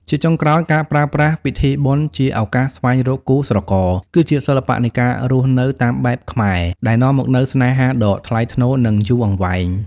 ជាចុងក្រោយ ការប្រើប្រាស់ពិធីបុណ្យជាឱកាសស្វែងរកគូស្រករ គឺជាសិល្បៈនៃការរស់នៅតាមបែបខ្មែរ ដែលនាំមកនូវស្នេហាដ៏ថ្លៃថ្នូរ និងយូរអង្វែង។